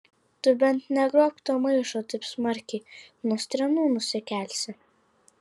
tu bent negrobk to maišo taip smarkiai nuo strėnų nusikelsi